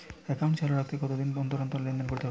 Account চালু রাখতে কতদিন অন্তর লেনদেন করতে হবে?